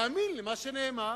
להאמין למה שנאמר.